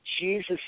Jesus